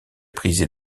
prisée